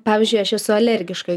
pavyzdžiui aš esu alergiška